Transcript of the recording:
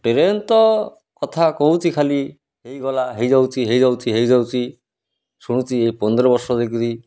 train ତ କଥା କହୁଛି ଖାଲି ହେଇଗଲା ହେଇଯାଉଛି ହେଇଯାଉଛି ହେଇଯାଉଛି ଶୁଣୁଛି ଏଇ ପନ୍ଦର ବର୍ଷ ଦେଇକିରି